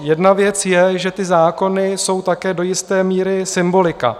Jedna věc je, že ty zákony jsou také do jisté míry symbolika.